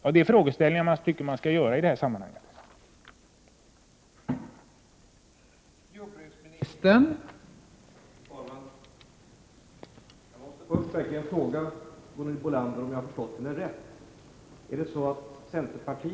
Dessa frågor tycker jag att man har anledning att ställa.